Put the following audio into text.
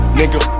nigga